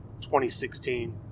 2016